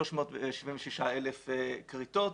376,000 כריתות.